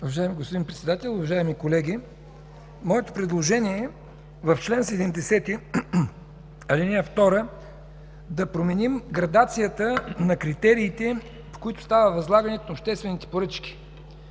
Уважаеми господин Председател, уважаеми колеги! Моето предложение е в чл. 70, ал. 2 да променим градацията на критериите, по които става възлагането на обществените поръчки.